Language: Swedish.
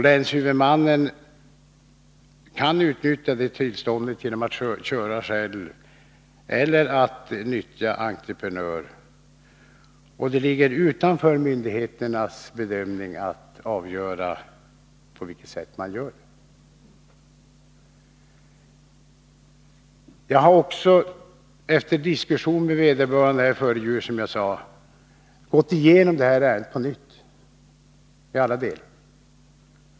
Länshuvudmannen kan utnyttja tillståndet genom att köra själv eller genom att nyttja entreprenör. Det ligger utanför myndigheternas bedömning att avgöra vilket sätt man väljer. Jag har efter diskussion med vederbörande före jul, som jag sade, gått igenom ärendet på nytt i alla delar.